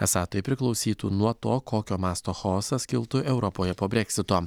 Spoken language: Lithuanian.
esą tai priklausytų nuo to kokio masto chaosas kiltų europoje po breksito